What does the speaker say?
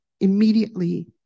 immediately